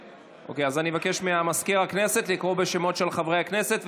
אבקש ממזכיר הכנסת לקרוא בשמות חברי הכנסת.